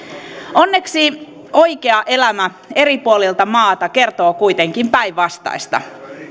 onneksi oikea elämä eri puolilta maata kertoo kuitenkin päinvastaista